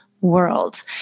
world